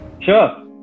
Sure